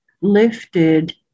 lifted